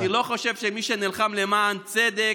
אני לא חושב שמי שנלחם למען צדק,